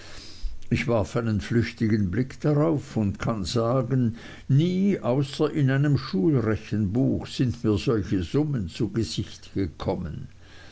ich warf einen flüchtigen blick darauf und kann sagen nie außer in einem schulrechenbuch sind mir solche summen zu gesicht gekommen